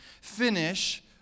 Finish